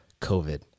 COVID